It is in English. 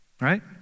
Right